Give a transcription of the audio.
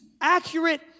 accurate